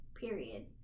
period